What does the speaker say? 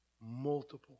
Multiple